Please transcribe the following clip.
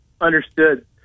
understood